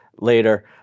later